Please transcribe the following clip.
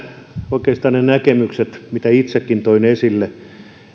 oikeastaan näkemykset ne mitkä itsekin toin esille